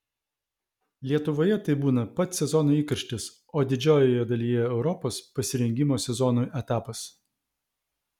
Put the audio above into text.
lietuvoje tai būna pats sezono įkarštis o didžiojoje dalyje europos pasirengimo sezonui etapas